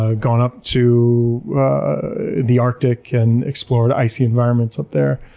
ah gone up to the arctic and explored icy environments up there.